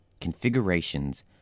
Configurations